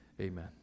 amen